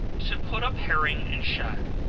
to put up herring and shad.